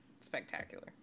spectacular